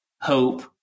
hope